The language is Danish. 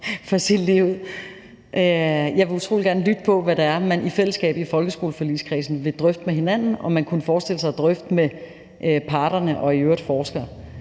for at sige det ligeud. Jeg vil utrolig gerne lytte til, hvad det er, man i fællesskab i folkeskoleforligskredsen vil drøfte med hinanden, og hvad man kunne forestille sig at drøfte med parterne og i øvrigt forskere.